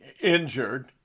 injured